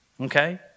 okay